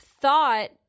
thought